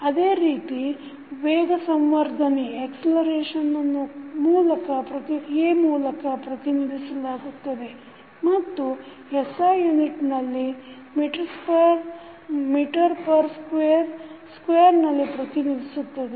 ಅದೇ ರೀತಿ ವೇಗವರ್ಧನೆಯನ್ನು a acceleration ಮೂಲಕ ಪ್ರತಿನಿಧಿಸಲಾಗುತ್ತದೆ ಮತ್ತು SI ಯುನಿಟ್ನಲ್ಲಿ ms square ನಲ್ಲಿ ಪ್ರತಿನಿಧಿಸುತ್ತದೆ